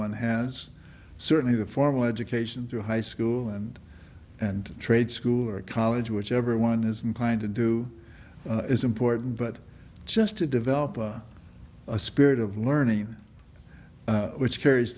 one has certainly the formal education through high school and and trade school or college which everyone is inclined to do is important but just to develop a spirit of learning which carries